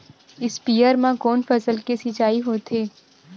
स्पीयर म कोन फसल के सिंचाई होथे?